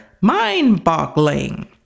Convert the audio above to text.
mind-boggling